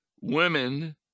women